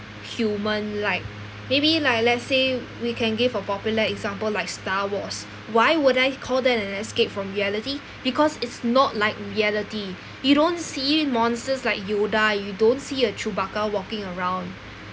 human like maybe like let's say we can give a popular example like star wars why would I call that an escape from reality because it's not like reality you don't see monsters like yoda you don't see a chewbacca walking around